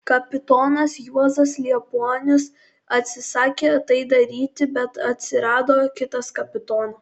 kapitonas juozas liepuonius atsisakė tai daryti bet atsirado kitas kapitonas